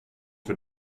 för